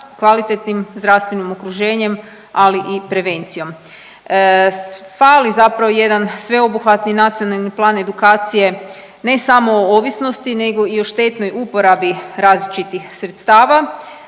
kvalitetnim zdravstvenim okruženjem, ali i prevencijom. Fali zapravo jedan sveobuhvatni Nacionalni plan edukacije, ne samo o ovisnosti nego i o štetnoj uporabi različitih sredstava,